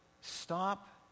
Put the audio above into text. stop